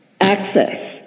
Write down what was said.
access